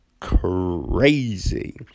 crazy